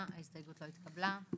הצבעה ההסתייגות לא התקבלה.